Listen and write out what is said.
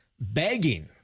begging